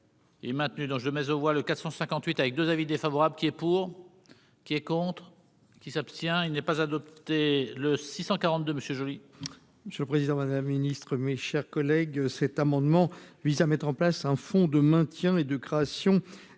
Et maintenu dans je mais on voit le 458 avec 2 avis défavorable qui est pour, qui est contre qui s'abstient, il n'est pas adopté le 642 monsieur Joly. Monsieur le Président, Madame la Ministre, mes chers collègues, cet amendement vise à mettre en place un fonds de maintien et de création